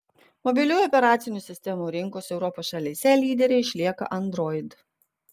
mobiliųjų operacinių sistemų rinkos europos šalyse lydere išlieka android